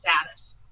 status